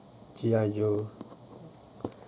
加油